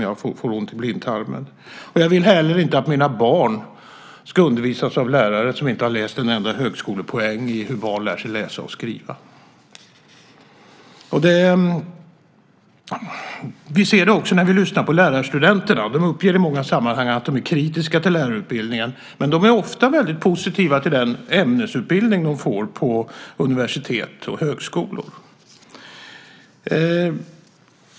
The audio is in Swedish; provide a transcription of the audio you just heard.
Jag vill heller inte att mina barn ska undervisas av lärare som inte har läst en enda högskolepoäng i hur barn lär sig läsa och skriva. Vi hör det också när vi lyssnar på lärarstudenterna. De uppger i många sammanhang att de är kritiska till lärarutbildningen. Men de är ofta väldigt positiva till den ämnesutbildning de får på universitet och högskolor.